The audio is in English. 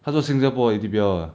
他说新加坡 A_T_P_L ah